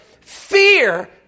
Fear